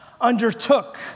undertook